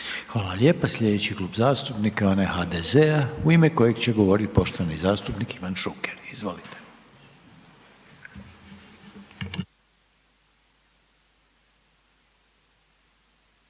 Hvala lijepa. Sljedeći klub zastupnika je onaj HNS-a u ime kojeg će govoriti poštovani zastupnik Stjepan Čuraj. Izvolite.